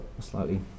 slightly